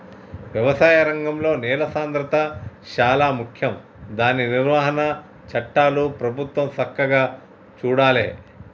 వ్యవసాయ రంగంలో నేల సాంద్రత శాలా ముఖ్యం దాని నిర్వహణ చట్టాలు ప్రభుత్వం సక్కగా చూడాలే